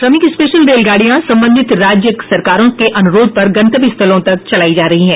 श्रमिक स्पेशल रेलगाड़ियां संबंधित राज्य सरकारों के अनुरोध पर गंतव्य स्थलों तक चलाई जा रही हैं